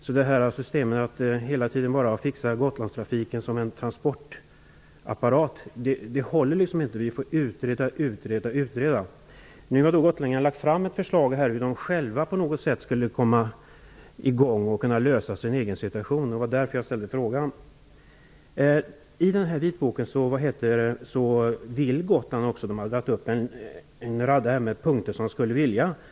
Att hela tiden se Gotlandstrafiken bara som en fråga om en transportapparat håller inte. Vi får då bara fortsätta med att utreda frågorna. Gotlänningarna har nu lagt fram ett förslag om hur man själv skulle kunna börja komma till rätta med den egna situationen, och det var den direkta anledningen till att jag ställde min fråga. I vitboken har gotlänningarna tagit upp en rad punkter som de skulle vilja ha genomförda.